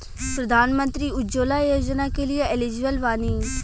प्रधानमंत्री उज्जवला योजना के लिए एलिजिबल बानी?